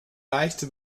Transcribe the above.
leichte